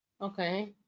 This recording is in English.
Okay